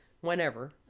whenever